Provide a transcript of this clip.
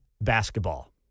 basketball